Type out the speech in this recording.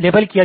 label किया जाएगा